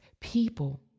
people